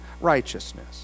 Righteousness